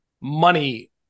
money